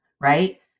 right